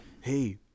Hey